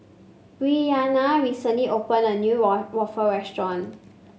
Bryanna recently opened a new wool waffle restaurant